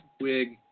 wig